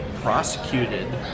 prosecuted